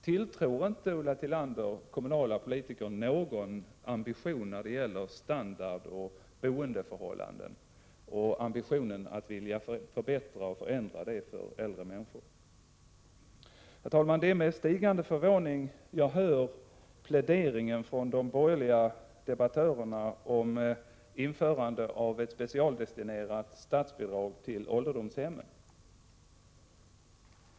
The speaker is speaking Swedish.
Tilltror inte Ulla Tillander kommunala politiker några ambitioner att vilja förbättra och förändra standarden och boendeförhållandena för äldre människor? Herr talman! Det är med stigande förvåning jag hör pläderingen från de borgerliga debattörerna om införande av ett specialdestinerat statsbidrag till ålderdomshemmen.